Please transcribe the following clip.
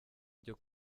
byo